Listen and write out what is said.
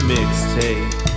Mixtape